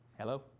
Hello